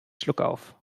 schluckauf